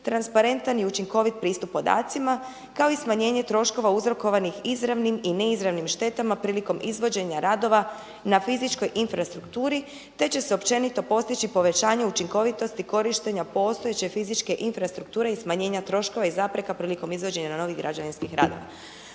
transparentan i učinkovit pristup podacima kao i smanjenje troškova uzrokovanih izravnim i neizravnim štetama prilikom izvođenja radova na fizičkoj infrastrukturi te će se općenito postići povećanje učinkovitosti korištenja postojeće fizičke infrastrukture i smanjenja troškova i zapreka prilikom izvođenja novih građevinskih radova.